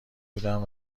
بودم